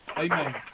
Amen